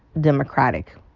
Democratic